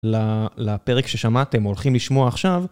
לפרק ששמעתם, הולכים לשמוע עכשיו.